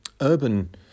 urban